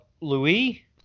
Louis